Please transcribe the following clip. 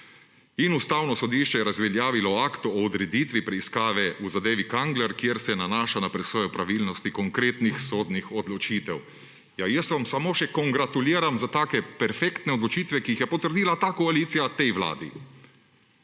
Ustavno sodišče je razveljavilo akt o odreditvi preiskave o zadevi Kangler, kjer se nanaša na presojo pravilnosti konkretnih sodnih odločitev. Ja samo še za takšne perfektne odločitve, ki jih je potrdila ta koalicija tej vladi!